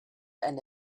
and